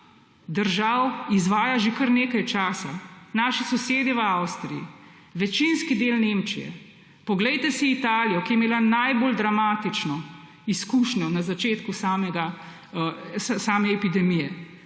držav izvaja že kar nekaj časa, naši sosednje v Avstriji, večinski del Nemčije, poglejte si Italijo, ki je imela najbolj dramatično izkušnjo na začetku same epidemije,